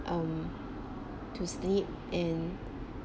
um to sleep and